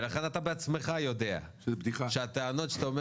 ולכן אתה בעצמך יודע שהטענות שאתה אומר